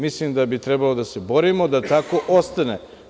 Mislim da bi trebalo da se borimo da tako ostane.